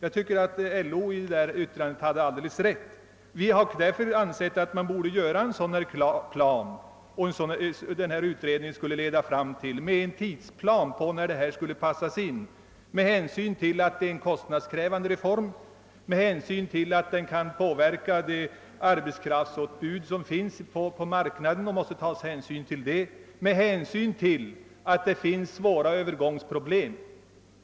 Utredningen borde utarbeta en tidsplan för när olika etapper skulle passas in med hänsyn till att det är fråga om en kostnadskrävande reform, med hänsyn till att den kan påverka det arbetskraftsutbud som finns på marknaden och med hänsyn till att det finns övergångsproblem.